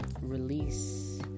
Release